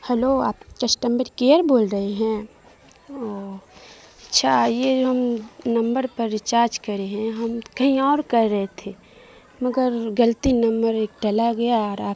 hello آپ customer care بول رہے ہیں اوہ اچھا یہ ہم نمبر پر ریچارج کرے ہیں ہم کہیں اور کر رہے تھے مگر غلتی نمبر ایک ڈل گیا اور اب